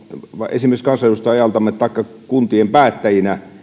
esimerkiksi omalta kansanedustajan ajaltamme taikka kuntien päättäjinä